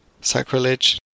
Sacrilege